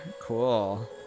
Cool